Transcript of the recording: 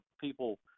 people